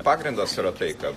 pagrindas yra tai kad